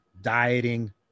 dieting